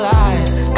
life